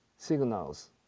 signals